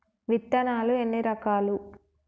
విత్తనాలు ఎన్ని రకాలు?